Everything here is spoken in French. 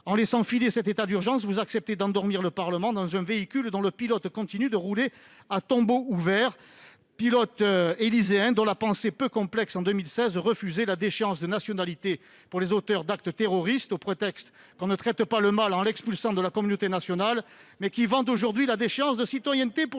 En laissant filer cet état d'urgence, vous acceptez d'endormir le Parlement dans un véhicule dont le pilote continue de rouler à tombeau ouvert, pilote élyséen dont la pensée peu complexe en 2016 le conduisait à refuser de déchoir de leur nationalité les auteurs d'actes terroristes au prétexte que l'on ne traite pas le mal en l'expulsant de la communauté nationale, mais qui vante aujourd'hui la déchéance de citoyenneté pour les non-vaccinés